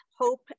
hope